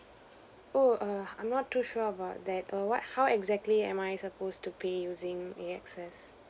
oh err I'm not too sure about that err what how exactly am I supposed to pay using A_X_S